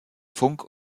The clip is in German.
funk